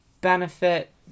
benefit